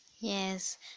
Yes